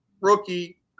rookie